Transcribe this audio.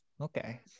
Okay